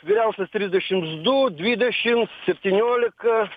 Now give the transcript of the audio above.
vyriausias trisdešims du dvidešim septyniolika